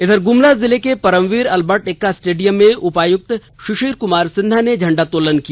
इधर ग्रमला जिले के परमवीर अलबर्ट एक्का स्टेडियम में उपायुक्त शिशिर कुमार सिन्हा ने झंडोत्तोलन किया